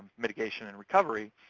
mitigation, and recovery,